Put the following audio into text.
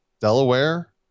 delaware